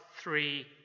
three